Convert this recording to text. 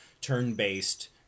turn-based